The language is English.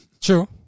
True